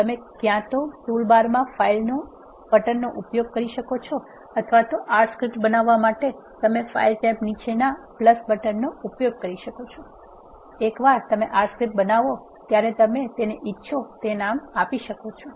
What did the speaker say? તમે ક્યાં તો ટૂલબારમાં ફાઇલ બટનનો ઉપયોગ કરી શકો છો અથવા R સ્ક્રિપ્ટ બનાવવા માટે તમે ફાઇલ ટેબની નીચેના બટનનો ઉપયોગ કરી શકો છો એકવાર તમે R સ્ક્રિપ્ટ બનાવો ત્યારે તમે તેને ઇચ્છો તે નામથી આપી શકો છો